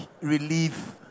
relief